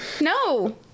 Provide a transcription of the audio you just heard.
No